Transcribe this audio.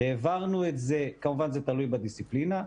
- כמובן זה תלוי בדיסציפלינה,